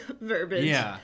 verbiage